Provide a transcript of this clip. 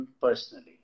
personally